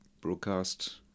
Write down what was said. broadcast